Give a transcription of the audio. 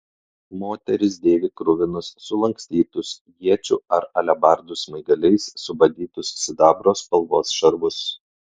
moteris dėvi kruvinus sulankstytus iečių ar alebardų smaigaliais subadytus sidabro spalvos šarvus